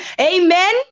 amen